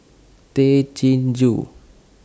Tay Chin Joo